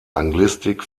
anglistik